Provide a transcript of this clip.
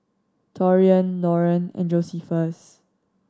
Taurean Lauren and Josephus